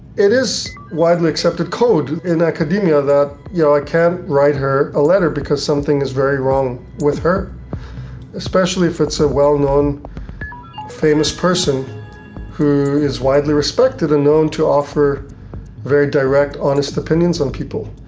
it is widely accepted code in academia that, you know, i can't write her a letter because something is very wrong with her especially if it's a well-known famous person who is widely respected and known to offer very direct honest opinions on people.